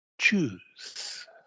choose